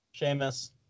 Seamus